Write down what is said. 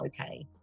okay